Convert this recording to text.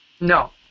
No